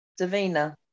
Davina